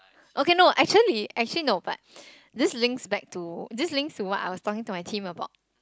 okay no actually actually no but this links back to this links to what I was talking to my team about